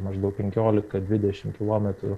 maždaug penkiolika dvidešimt kilometrų